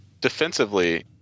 defensively